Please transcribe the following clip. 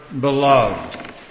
beloved